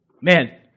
man